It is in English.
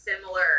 similar